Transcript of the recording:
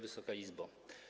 Wysoka Izbo!